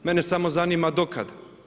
Mene samo zanima dokad?